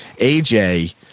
AJ